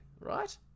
right